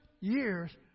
years